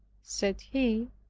said he,